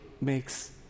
makes